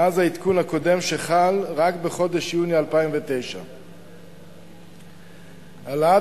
מאז העדכון הקודם שחל רק בחודש יוני 2009. העלאת